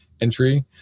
entry